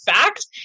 fact